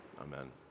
amen